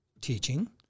Teaching